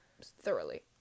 thoroughly